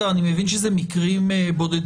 אני מבין שזה מקרים בודדים,